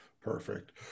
Perfect